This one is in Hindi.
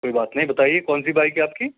कोई बात नहीं बताइए कौन सी बाइक है आपकी